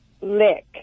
lick